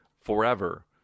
forever